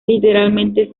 literalmente